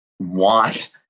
want